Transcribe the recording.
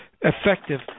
effective